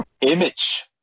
Image